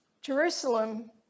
Jerusalem